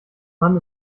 mann